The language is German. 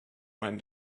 mein